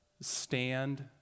stand